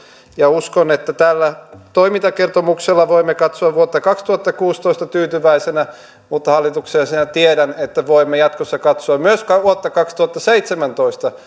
uskon että tällä toimintakertomuksella voimme katsoa vuotta kaksituhattakuusitoista tyytyväisenä mutta hallituksen jäsenenä tiedän että voimme jatkossa katsoa myös vuotta kaksituhattaseitsemäntoista